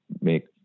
make